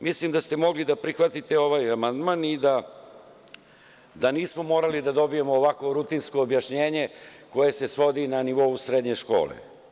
Mislim da ste mogli da prihvatite ovaj amandman i da nismo morali da dobijemo ovakvo rutinsko objašnjenje koje se svodi na nivou srednje škole.